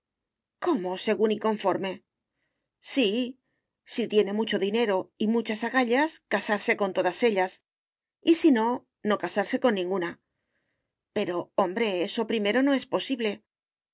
cómo según y conforme sí si tiene mucho dinero y muchas agallas casarse con todas ellas y si no no casarse con ninguna pero hombre eso primero no es posible